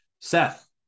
Seth